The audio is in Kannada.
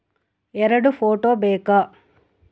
ಎರಡು ಫೋಟೋ ಬೇಕಾ?